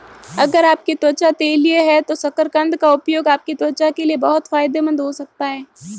अगर आपकी त्वचा तैलीय है तो शकरकंद का उपयोग आपकी त्वचा के लिए बहुत फायदेमंद हो सकता है